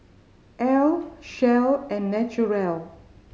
Elle Shell and Naturel